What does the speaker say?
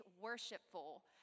worshipful